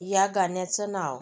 या गाण्याचं नाव